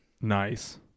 Nice